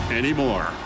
anymore